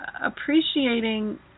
appreciating